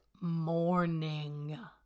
morning